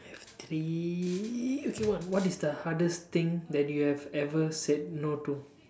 three okay one what is the hardest thing that you have ever said no to